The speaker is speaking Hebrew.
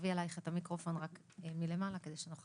אני קצת